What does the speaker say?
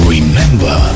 Remember